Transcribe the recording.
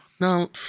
no